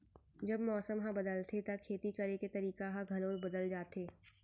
जब मौसम ह बदलथे त खेती करे के तरीका ह घलो बदल जथे?